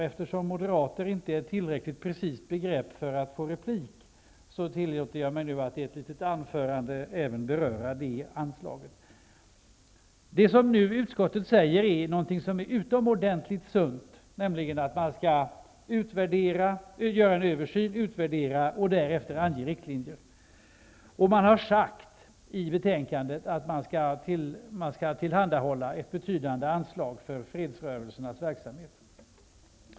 Eftersom moderater inte är ett tillräckligt precist begrepp för att få replik, tillåter jag mig att i ett anförande beröra F 3-anslaget. Det utskottet nu säger är någonting utomordentligt sunt, nämligen att man skall göra en översyn, utvärdera och därefter ange riktlinjer. Det sägs i betänkandet att man skall tillhandahålla ett betydande anslag för fredsrörelsernas verksamhet.